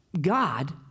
God